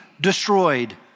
destroyed